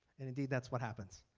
and indeed, that's what happens.